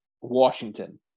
Washington